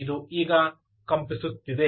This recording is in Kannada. ಇದು ಈಗ ಕಂಪಿಸುತ್ತಿದೆ